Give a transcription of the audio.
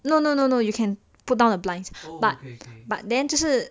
no no no no you can put down a blind but but then 就是